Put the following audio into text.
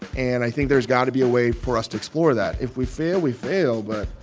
and i think there's got to be a way for us to explore that. if we fail, we fail. but.